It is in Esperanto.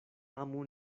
amu